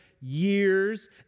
years